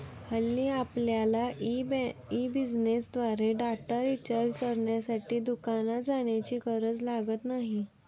हल्ली आपल्यला ई बिझनेसद्वारे डेटा रिचार्ज करण्यासाठी दुकानात जाण्याची गरज लागत नाही